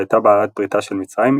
שהייתה בעלת בריתה של מצרים,